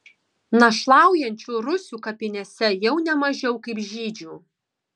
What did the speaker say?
našlaujančių rusių kapinėse jau ne mažiau kaip žydžių